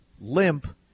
limp